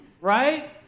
Right